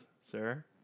sir